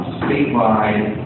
statewide